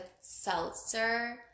seltzer